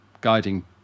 guiding